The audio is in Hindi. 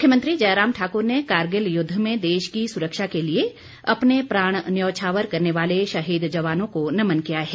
मुख्यमंत्री जयराम ठाकुर ने कारगिल युद्ध में देश की सुरक्षा के लिए अपने प्राण न्यौछावर करने वाले शहीद जवानों को नमन किया है